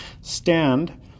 stand